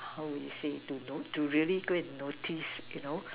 how would you say to really go and notice you know